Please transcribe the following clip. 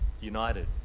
united